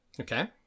Okay